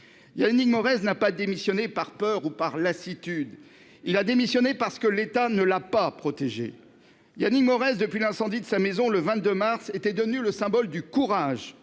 une mauvaise n'a pas démissionné par peur ou par lassitude. Il a démissionné parce que l'État ne l'a pas protégée, il y a ni mauvaises depuis l'incendie de sa maison. Le 22 mars était devenu le symbole du courage